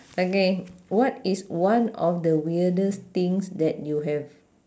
okay what is one of the weirdest things that you have